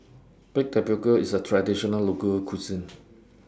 Baked Tapioca IS A Traditional Local Cuisine